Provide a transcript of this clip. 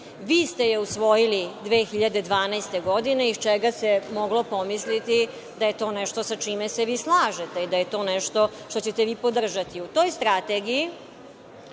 ste je usvojili 2012. godine, iz čega se moglo pomisliti da je to nešto sa čime se vi slažete i da je to nešto što ćete vi podržati. U toj strategiji